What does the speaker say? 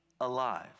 alive